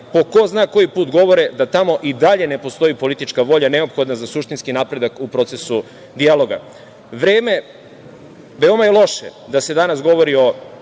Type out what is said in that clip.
po ko zna koji put govore da tamo i dalje ne postoji politička volja neophodna za suštinski napredak u procesu dijaloga. Vreme - veoma je loše da se danas govori o